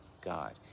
God